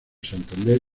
santander